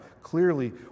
clearly